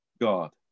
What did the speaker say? God